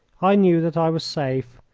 i knew that i was safe,